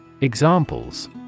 Examples